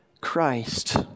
Christ